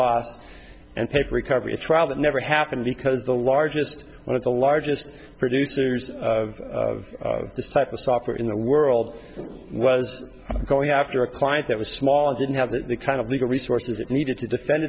us and paper recovery a trial that never happened because the largest one of the largest producers of this type of software in the world was going after a client that was small and didn't have that the kind of legal resources it needed to defend